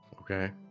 Okay